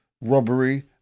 robbery